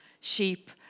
sheep